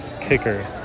kicker